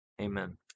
Amen